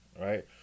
right